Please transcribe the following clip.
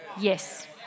Yes